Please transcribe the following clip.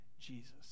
Jesus